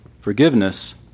forgiveness